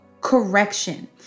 correction